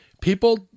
people